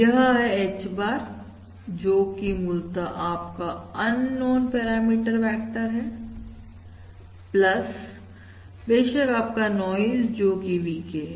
यह है H bar जोकि मूलतः आपका अन नोन पैरामीटर वेक्टर है प्लस बेशक आपका नाइज जोकि VK है